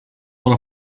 one